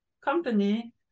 company